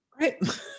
Right